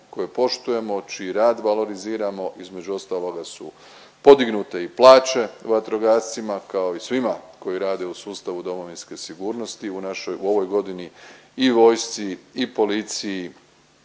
koje poštujemo, čiji rad valoriziramo, između ostaloga su podignute i plaće vatrogascima, kao i svima koji rade u sustavu domovinske sigurnosti, u našoj u ovoj godini i vojci i policiji